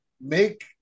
make